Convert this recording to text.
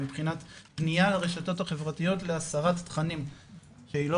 בחינת פנייה לרשתות החברתיות להסרת תכנים והיא לא